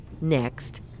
Next